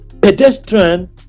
pedestrian